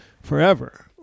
forever